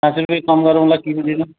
पाँच रुपियाँ कम गरौँला किनीदिनु